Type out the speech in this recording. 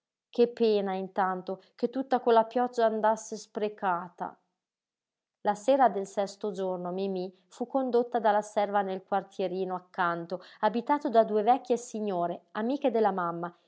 che pena intanto che tutta quella pioggia andasse sprecata la sera del sesto giorno mimí fu condotta dalla serva nel quartierino accanto abitato da due vecchie signore amiche della mamma